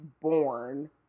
born